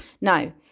Now